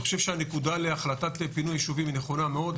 אני חושב שהנקודה להחלטת פינוי ישובים נכונה מאוד.